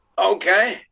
okay